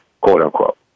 quote-unquote